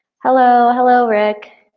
hello. hello rick.